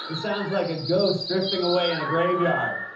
sounds like a ghost drifting away in a graveyard.